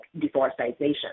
deforestation